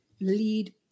lead